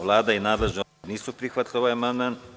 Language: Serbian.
Vlada i nadležni odbor nisu prihvatili ovaj amandman.